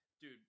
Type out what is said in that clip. dude